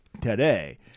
today